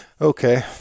Okay